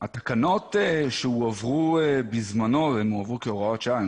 התקנות שהועברו בזמנו הן הועברו כהוראות שעה,